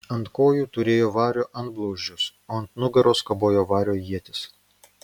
ant kojų turėjo vario antblauzdžius o ant nugaros kabojo vario ietis